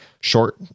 short